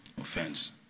Offense